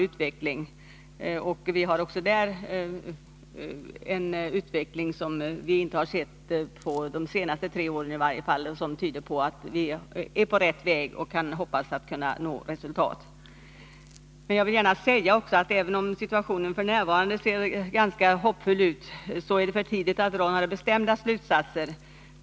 Också vi har en utveckling som är mycket bättre än de senaste tre årens. Denna utveckling tyder på att vi är på rätt väg och på att vi kan hoppas nå resultat. Även om situationen f. n. ser ganska hoppfull ut, är det dock för tidigt att dra några bestämda slutsatser.